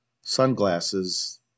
sunglasses